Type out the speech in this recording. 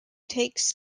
takes